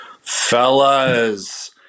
fellas